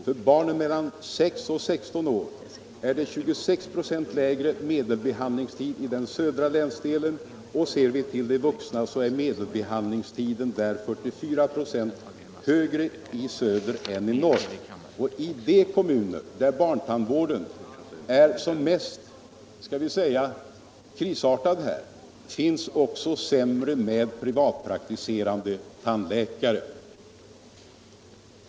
För barnen mellan 6 och 16 år är det 25 ?5 lingre medelbehandlingstid i den södra länsdelen och för de vuxna 44 ?a längre medelbehandlingstid i söder än i norr. I de kommuner där barntandvården är som mest krisartad finns också färre privatpraktiserande tandläkare.